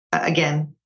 Again